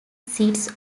sits